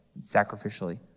sacrificially